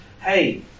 hey